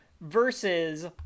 versus